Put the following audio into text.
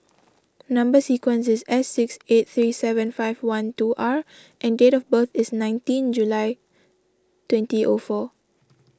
Number Sequence is S six eight three seven five one two R and date of birth is nineteen July twenty O four